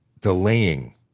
delaying